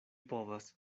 povas